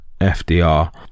FDR